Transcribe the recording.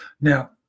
Now